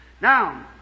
Now